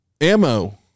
ammo